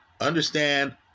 Understand